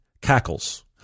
cackles